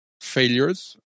failures